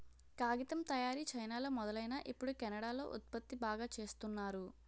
కాగితం తయారీ చైనాలో మొదలైనా ఇప్పుడు కెనడా లో ఉత్పత్తి బాగా చేస్తున్నారు